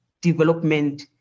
development